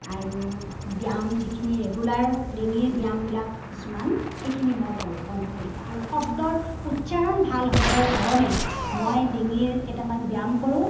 আৰু ব্যায়াম যিখিনি ৰেগুলাৰ ডিঙিৰ ব্যায়ামবিলাক কিছুমান সেইখিনি মই কৰোঁ কণ্ঠ পৰীক্ষা আৰু শব্দৰ উচ্চাৰণ ভাল হ'বৰ কাৰণে মই ডিঙিৰ কেইটামান ব্যায়াম কৰোঁ